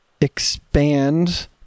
Expand